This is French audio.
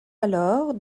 alors